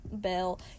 Bill